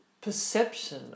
perception